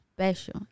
special